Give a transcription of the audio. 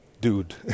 dude